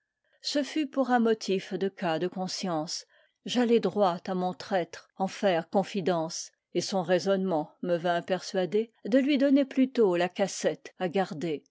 ce fut pour un motif de cas de conscience j'allais droit à mon traître en faire confidence et son raisonnement me vint persuader de lui donner plutôt la cassette à garder